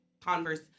Converse